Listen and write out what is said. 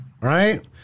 Right